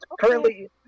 currently